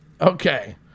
okay